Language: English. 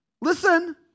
listen